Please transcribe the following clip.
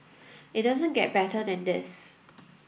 it doesn't get better than this